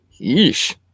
Yeesh